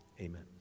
Amen